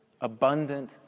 abundant